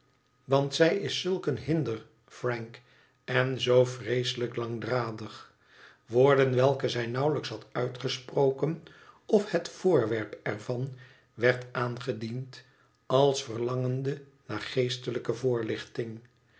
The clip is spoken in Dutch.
want zij is zulk een hinder frank en zoo vreeselijk langdradig woorden welke zij nauwelijks had uitgesproken of het voorwerp er van werd aangediend als verlangende naar geestelijke voorlichting